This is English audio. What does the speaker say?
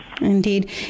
Indeed